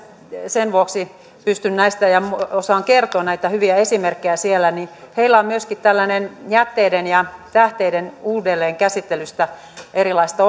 sen vuoksi osaan kertoa näitä hyviä esimerkkejä sieltä heillä on myöskin jätteiden ja tähteiden uudelleenkäsittelystä erilaista